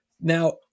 Now